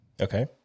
Okay